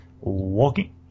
walking